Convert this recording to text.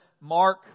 Mark